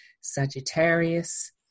sagittarius